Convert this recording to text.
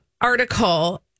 article